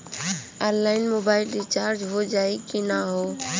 Online mobile recharge हो जाई की ना हो?